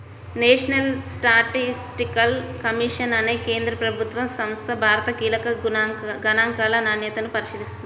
national statistical commission అనే కేంద్ర ప్రభుత్వ సంస్థ భారత కీలక గణాంకాల నాణ్యతను పరిశీలిస్తుంది